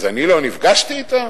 אז אני לא נפגשתי אתם?